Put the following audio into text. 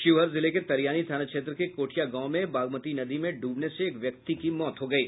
शिवहर जिले के तरियानी थाना क्षेत्र के कोठिया गांव में बागमती नदी में डूबने से एक व्यक्ति की मौत हो गयी